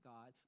God